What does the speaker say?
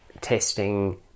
testing